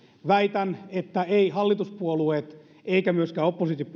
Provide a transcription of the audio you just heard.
väitän että eivät hallituspuolueet eivätkä myöskään